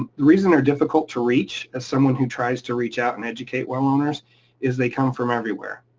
the reason they're difficult to reach as someone who tries to reach out and educate well owners is they come from everywhere.